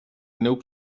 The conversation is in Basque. neuk